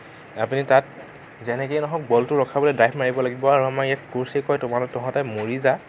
আপুনি তাত যেনেকেই নহওঁক বলটো ৰখাবলে ড্ৰাইভ মাৰিব লাগিব আৰু আমাৰ ইয়াত কচে কয় তহঁতি মৰি যা